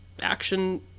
action